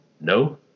No